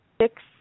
six